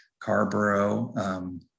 Carborough